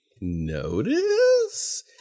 notice